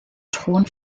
thron